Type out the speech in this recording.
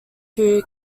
two